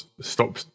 stop